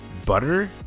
butter